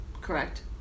correct